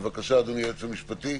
בבקשה, אדוני היועץ המשפטי.